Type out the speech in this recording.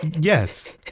yes.